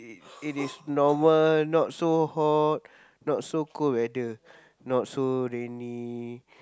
it it is normal not so hot not so cold weather not so rainy